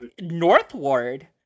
Northward